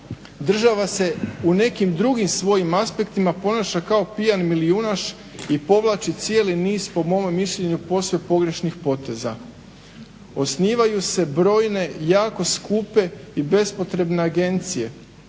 država se u nekim drugim svojim aspektima ponaša kao pijan milijunaš i povlači cijeli niz, po mome mišljenju, posve pogrešnih poteza. Osnivaju se brojne, jako skupe i bespotrebne agencije